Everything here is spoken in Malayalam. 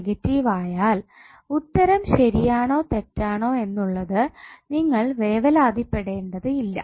നെഗറ്റീവ് ആയാൽ ഉത്തരം ശരിയാണോ തെറ്റാണോ എന്നുള്ളത് നിങ്ങൾ വേവലാതിപ്പെടേണ്ടത് ഇല്ല